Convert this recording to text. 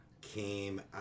came